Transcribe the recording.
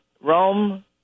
Rome